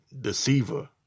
deceiver